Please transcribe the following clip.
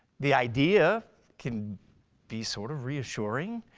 the idea can be sort of reassuring,